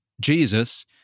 Jesus